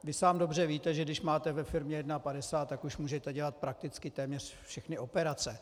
Vy sám dobře víte, že když máte ve firmě jednapadesát, tak už můžete dělat prakticky téměř všechny operace.